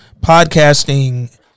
podcasting